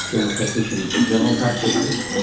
general practitioners. general practitioners,